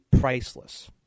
priceless